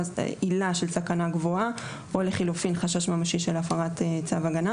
עילה של סכנה גבוהה או לחלופין חשש ממשי של הפרת צו הגנה